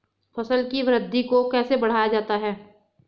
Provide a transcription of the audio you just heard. फसल की वृद्धि को कैसे बढ़ाया जाता हैं?